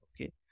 Okay